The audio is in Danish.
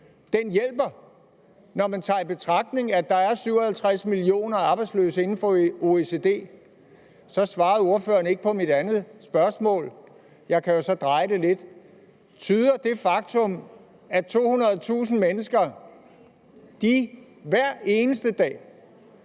hjælper, når man tager i betragtning, at der er 57 millioner arbejdsløse inden for OECD? Så svarede ordføreren ikke på mit andet spørgsmål; jeg kan jo så dreje det lidt og spørge: Tyder det faktum, at 200.000 mennesker hver eneste dag